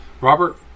Robert